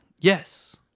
Yes